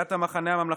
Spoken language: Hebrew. סיעת המחנה הממלכתי,